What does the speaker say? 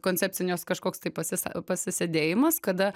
koncepcinios kažkoks tai pasisa pasisėdėjimas kada